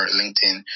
LinkedIn